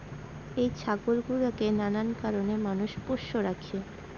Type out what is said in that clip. এই ছাগল গুলোকে নানান কারণে মানুষ পোষ্য রাখে